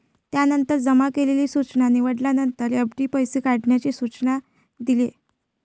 त्यानंतर जमा केलेली सूचना निवडल्यानंतर, एफ.डी पैसे काढण्याचे सूचना दिले